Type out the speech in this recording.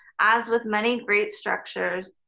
as with many great structures,